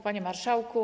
Panie Marszałku!